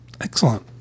Excellent